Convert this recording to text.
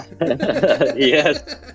yes